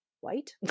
white